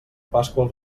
pasqua